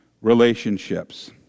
relationships